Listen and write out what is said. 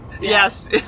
Yes